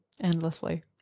endlessly